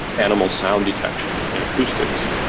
animal sound detection and and acoustics.